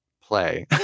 play